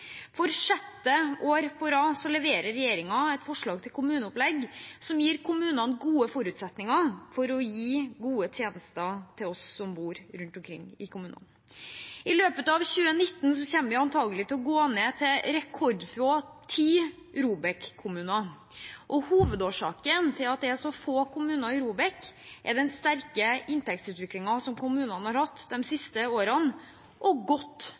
For sjette år på rad leverer regjeringen et forslag til kommuneopplegg som gir kommunene gode forutsetninger for å gi gode tjenester til oss som bor rundt omkring i kommunene. I løpet av 2019 kommer vi antagelig til å gå ned til rekordfå ti ROBEK-kommuner. Hovedårsaken til at det er så få kommuner på ROBEK-lista, er den sterke inntektsutviklingen som kommunene har hatt de siste årene, og godt